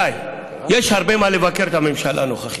רבותיי, יש הרבה על מה לבקר את הממשלה הנוכחית,